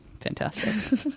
Fantastic